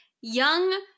young